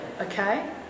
okay